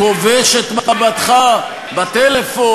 לכן אתה כובש את מבטך בטלפון,